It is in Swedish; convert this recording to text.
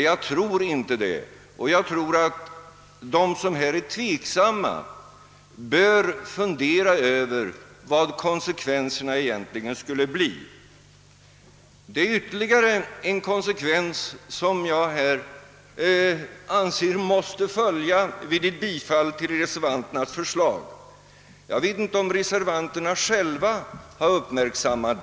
Jag tror inte det och jag tror att de som är tveksamma bör fundera över vad konsekvenserna egentligen skulle bli. Det är ytterligare en konsekvens som jag anser måste bli resultatet av ett bifall till reservanternas förslag. Jag vet inte om reservanterna själva har uppmärksammat det.